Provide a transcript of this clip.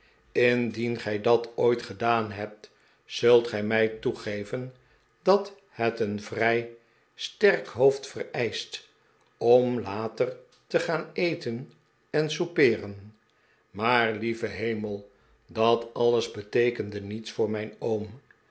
indien gij dat ooit gedaan hebt zult gij mij toegeven dat het een vrij sterk hoofd vereischt om later te gaan eten en soupeeren maar lieve hemel dat alles beteekende niets voor mijn oom